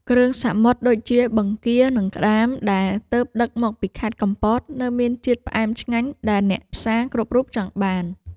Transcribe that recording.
គ្រឿងសមុទ្រដូចជាបង្គា និងក្ដាមដែលទើបដឹកមកពីខេត្តកំពតនៅមានជាតិផ្អែមឆ្ងាញ់ដែលអ្នកផ្សារគ្រប់រូបចង់បាន។